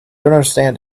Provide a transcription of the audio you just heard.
understand